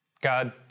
God